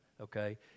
Okay